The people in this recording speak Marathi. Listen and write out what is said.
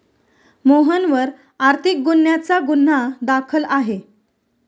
मोहनवर आर्थिक गुन्ह्याचा गुन्हा दाखल आहे